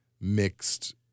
mixed